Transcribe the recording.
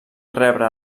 rebre